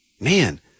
man